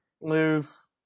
lose